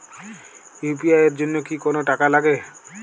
UPI এর জন্য কি কোনো টাকা লাগে?